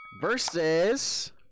Versus